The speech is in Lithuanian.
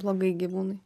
blogai gyvūnui